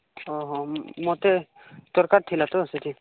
ଓଃ ହ ମତେ ଦରକାର ଥିଲା ତ ସେଥିପାଇଁ